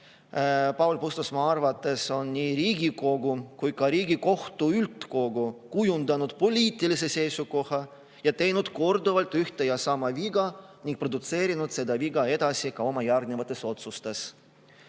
Paul Puustusmaa arvates on nii Riigikogu kui ka Riigikohtu üldkogu kujundanud poliitilise seisukoha ja teinud korduvalt ühte ja sama viga ning produtseerinud seda viga edasi ka oma järgnevates otsustes.